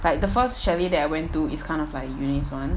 but the first chalet that I went to is kind of like eunice one